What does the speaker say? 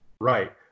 Right